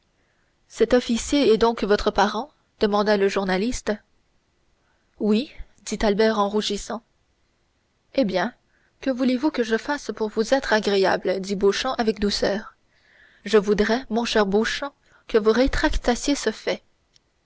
cet officier est donc votre parent demanda le journaliste oui dit albert en rougissant eh bien que voulez-vous que je fasse pour vous être agréable dit beauchamp avec douceur je voudrais mon cher beauchamp que vous rétractassiez ce fait